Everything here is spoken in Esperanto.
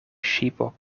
ŝipo